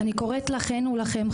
אני קוראת לכן ולכם,